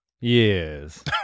Yes